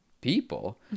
people